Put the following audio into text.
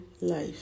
life